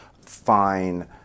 fine